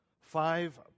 five